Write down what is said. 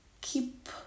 keep